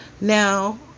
Now